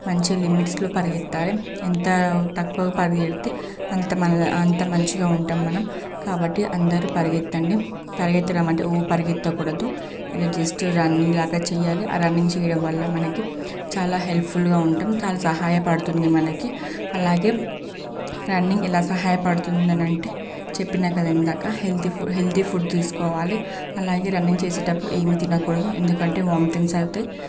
మంచి లిమిట్స్లో పరిగెత్తాలి ఎంత తక్కువ పరిగెడితే అంతా అంత మంచిగా ఉంటాము మనం కాబట్టి అందరు పరిగెత్తండి పరిగెత్తడం అంటే ఓ పరిగెత్త కూడదు ఇది జస్ట్ రన్నింగ్ లాగా చేయాలి ఆ రన్నింగ్ చేయడం వల్ల మనకి చాలా హెల్ప్ఫుల్గా ఉంటాం చాలా సహాయపడుతుంది మనకి అలాగే రన్నింగ్ ఎలా సహాయపడుతుందనంటే చెప్పిన కదా ఇందాక హెల్తీ హెల్తీ ఫుడ్ తీసుకోవాలి అలాగే రన్నింగ్ చేసేటప్పుడు ఏమి తినకూడదు ఎందుకంటే వామిటింగ్స్ అవుతాయి